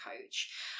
coach